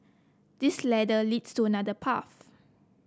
this ladder leads to another path